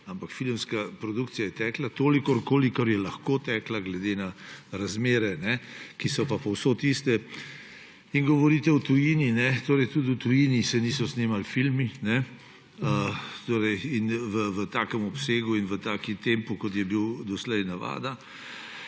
ampak filmska produkcija je tekla toliko, kolikor je lahko tekla glede na razmere, ki so pa povsod iste. In govorite o tujini, torej tudi v tujini se niso snemali filmi v takem obsegu in v takem tempu, kot je bila doslej navada.